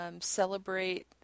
Celebrate